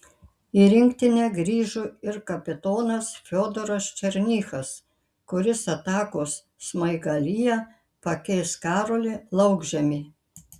į rinktinę grįžo ir kapitonas fiodoras černychas kuris atakos smaigalyje pakeis karolį laukžemį